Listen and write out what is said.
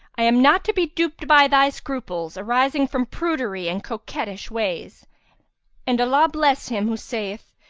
i am not to be duped by thy scruples, arising from prudery and coquettish ways and allah bless him who saith,